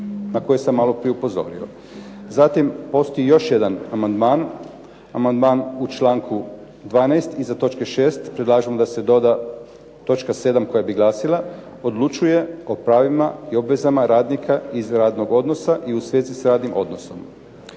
na koje sam malo prije upozorio. Zatim, postoji još jedan amandman, amandman u članku 12. iza točke 6. predlažemo da se doda točka sedam koja bi glasila: "odlučuje o pravima i obvezama radnika iz radnog odnosa i u svezi s radnim odnosom."